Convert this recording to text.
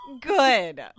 Good